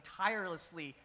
tirelessly